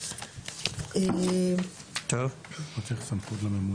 קודם כל כשצללנו לעומק הסעיף הגענו למסקנה